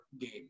game